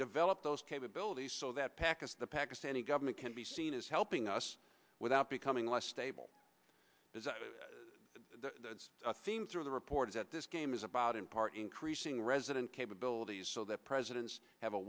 develop those capabilities so that pakistan pakistani government can be seen as helping us without becoming less stable to the reporters at this game is about in part increasing resident capabilities so that presidents have a